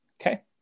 Okay